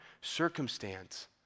circumstance